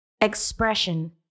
expression